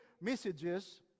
messages